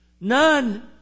None